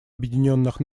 объединенных